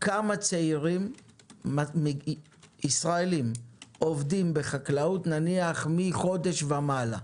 כמה צעירים ישראלים עובדים בחקלאות מחודש ומעלה?